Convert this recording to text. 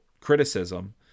criticism